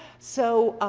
so,